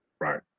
Right